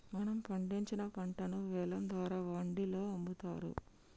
మనం పండించిన పంటను వేలం ద్వారా వాండిలో అమ్ముతారు